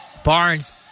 Barnes